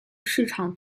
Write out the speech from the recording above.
市场